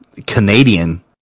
Canadian